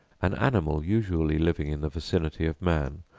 an animal usually living in the vicinity of man,